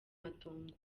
matongo